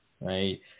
right